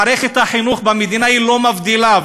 מערכת החינוך במדינה לא מבדילה.